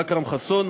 אכרם חסון,